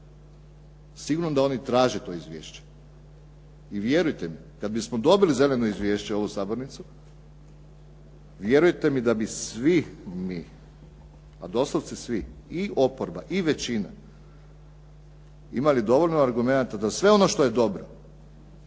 sigurno da oni traže to izvješće. I vjerujte kad bismo dobili zeleno izvješće u ovu sabornicu vjerujte mi da bi svi mi, ali doslovce svi, i oporba i većina imali dovoljno argumenata da sve ono što je dobro